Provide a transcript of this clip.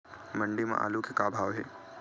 मंडी म आलू के का भाव हे?